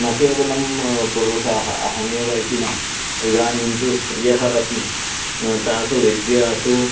न केवलं पुरुषाः अहमेव इति न इदानीं तु स्त्रियः अपि तासु विद्यासु